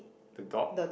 the dog